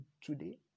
today